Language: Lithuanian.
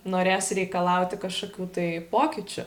norės reikalauti kažkokių tai pokyčių